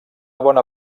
bona